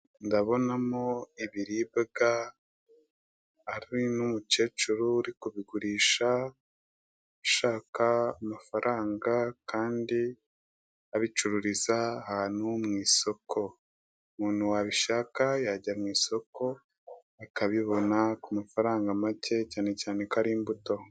Ndabonamo ibiribwa hari n'umukecuru uri kubigurisha, ushaka amafaranga kandi abicururiza ahantu mu isoko. Umuntu wabishaka yajya mu isoko akabibona ku mafaranga macye, cyane cyane ko ari imbuto.